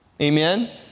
Amen